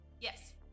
yes